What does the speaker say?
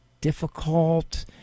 difficult